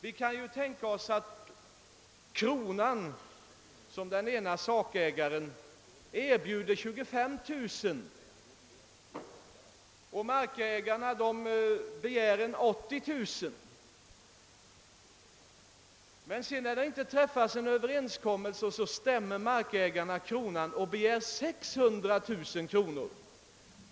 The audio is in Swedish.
Vi kan tänka oss att kronan såsom den ena sakägaren erbjuder 25 000 kronor i ersättning medan markägarna begär 80 000 kronor. Men när en överenskommelse inte har kunnat träffas stämmer markägarna kronan och begär 600 000 kronor.